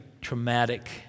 traumatic